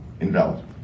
invalid